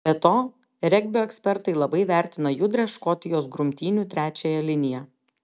be to regbio ekspertai labai vertina judrią škotijos grumtynių trečiąją liniją